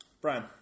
Brian